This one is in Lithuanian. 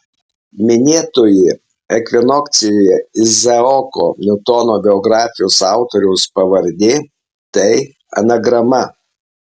minėtoji ekvinokcijoje izaoko niutono biografijos autoriaus pavardė tai anagrama